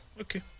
okay